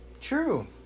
True